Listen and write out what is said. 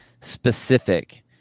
specific